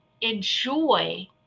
enjoy